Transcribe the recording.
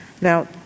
Now